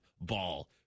ball